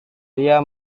dia